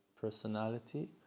personality